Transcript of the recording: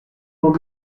m’ont